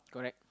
correct